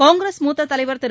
காங்கிரஸ் மூத்த தலைவர் திரு